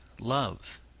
love